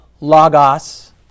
logos